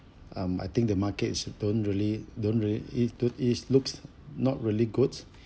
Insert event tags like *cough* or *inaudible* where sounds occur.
um I think the market is don't really don't really it look it's looks not really good *breath*